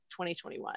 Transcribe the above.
2021